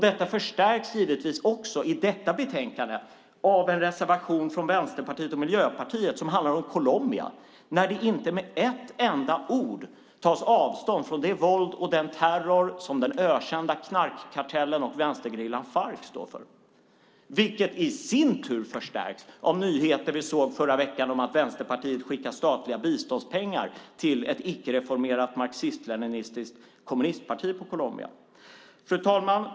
Detta förstärks givetvis också i detta betänkande av en reservation från Vänsterpartiet och Miljöpartiet som handlar om Colombia när det inte med ett enda ord tas avstånd från det våld och den terror som den ökända knarkkartellen och vänstergerillan Farc står för, vilket i sin tur förstärks av nyheten vi fick förra veckan om att Vänsterpartiet skickar statliga biståndspengar till ett icke-reformerat marxist-leninistiskt kommunistparti i Colombia. Fru talman!